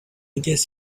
guess